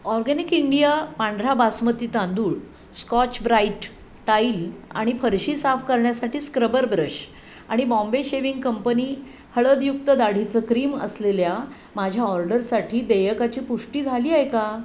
organic India पांढरा बासमती तांदूळ Scotch Brite tile आणि फरशी साफ करण्यासाठी स्क्रबर ब्रश आणि बॉम्बे शेव्हिंग कंपनी हळदयुक्त दाढीचं क्रीम असलेल्या माझ्या ऑर्डरसाठी देयकाची पुष्टी झाली आहे का